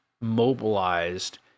mobilized